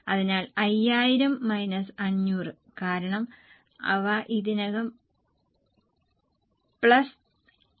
അതിനാൽ 5000 മൈനസ് 500 കാരണം അവ ഇതിനകം പ്ലസ് 1000 ആണ്